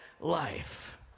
life